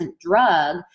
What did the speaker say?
drug